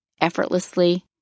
effortlessly